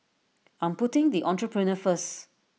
I'm putting the Entrepreneur First